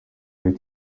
ari